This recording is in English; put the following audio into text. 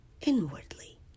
inwardly